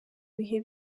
bihe